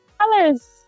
colors